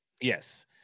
Yes